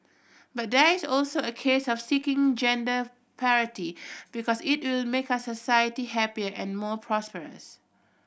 but there is also a case of seeking gender parity because it will make our society happier and more prosperous